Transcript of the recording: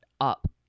up